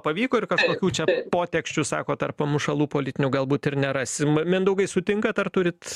pavyko ir kažkokių čia poteksčių sakot tarp pamušalų politinių galbūt ir nerasim mindaugai sutinkat ar turit